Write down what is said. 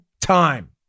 time